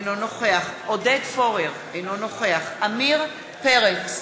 אינו נוכח עודד פורר, אינו נוכח עמיר פרץ,